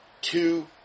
two